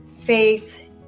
faith